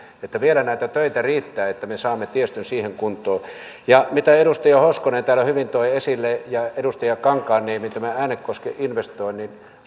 että vielä näitä töitä riittää että me saamme tiestön siihen kuntoon edustaja hoskonen täällä hyvin toi esille ja edustaja kankaanniemi tämän äänekosken investoinnin